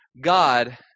God